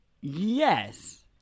Yes